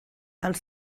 els